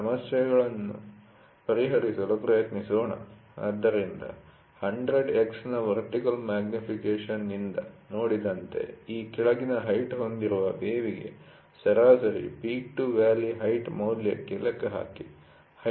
ಆದ್ದರಿಂದ 100X ನ vertical ಮಗ್ನಿಫಿಕೇಶನ್'ನಿಂದ ನೋಡಿದಂತೆ ಈ ಕೆಳಗಿನ ಹೈಟ್ ಹೊಂದಿರುವ ವೇವ್'ಗೆ ಸರಾಸರಿ ಪೀಕ್ ಟು ವ್ಯಾಲಿ ಹೈಟ್ ಮೌಲ್ಯಕ್ಕೆ ಲೆಕ್ಕಹಾಕಿ